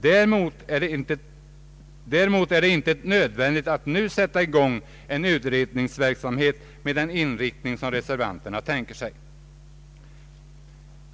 Däremot är det inte nödvändigt att nu sätta i gång en utredningsverksamhet med den inriktning som reservanterna tänker sig.